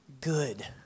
good